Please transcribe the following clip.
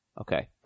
Okay